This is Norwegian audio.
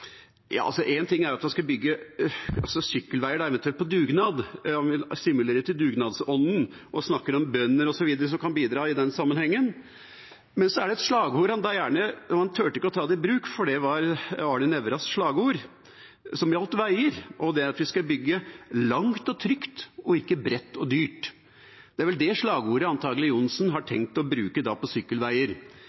bygge sykkelveier på dugnad. Han vil stimulere til dugnadsånden og snakker om bønder osv. som kan bidra i den sammenhengen. Men så er det et slagord han ikke turte å ta i bruk, for det var Arne Nævras slagord som gjaldt veier, og det er at vi skal bygge langt og trygt, ikke bredt og dyrt. Det er vel det slagordet Johnsen antakelig har tenkt å bruke på sykkelveier.